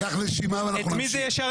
קח נשימה ואנחנו נמשיך.